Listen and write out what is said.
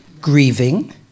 grieving